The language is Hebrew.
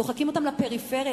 דוחקים אותם לפריפריה,